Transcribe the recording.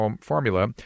formula